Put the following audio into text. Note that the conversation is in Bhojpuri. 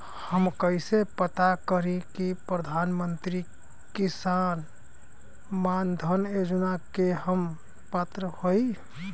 हम कइसे पता करी कि प्रधान मंत्री किसान मानधन योजना के हम पात्र हई?